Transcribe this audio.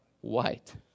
white